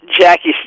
Jackie